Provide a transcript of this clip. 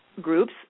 groups